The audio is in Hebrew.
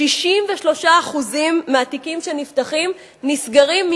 63% מהתיקים שנפתחים, נסגרים.